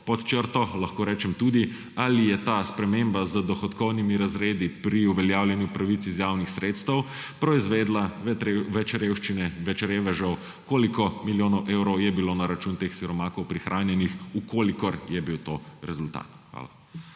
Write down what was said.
bi prišlo? Ali je ta sprememba z dohodkovnimi razredi pri uveljavljanju pravic iz javnih sredstev proizvedla več revščine, več revežev? Koliko milijonov evrov je bilo na račun teh siromakov prihranjenih, če je bil to rezultat? Hvala.